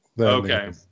Okay